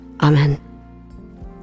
Amen